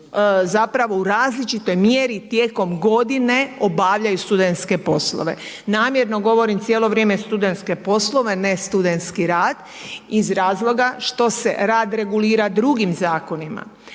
zapravo u različitoj mjeri tijekom godine obavljaju studentske poslove. Namjerno govorim cijelo vrijeme studentske poslove, ne studentski rad, iz razloga što se rad regulira drugim zakonima.